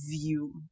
view